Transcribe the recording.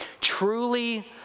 truly